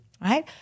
right